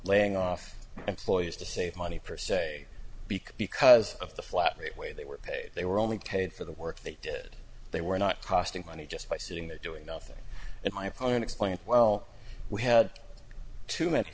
laying off employees to save money per se because because of the flat rate way they were paid they were only paid for the work they did they were not costing money just by sitting there doing nothing and my opponent explained well we had too many